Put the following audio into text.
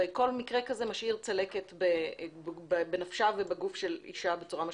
כל מקרה כזה משאיר צלקת בנפשה ובגופה של אישה בצורה משמעותית.